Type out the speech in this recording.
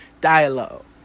dialogue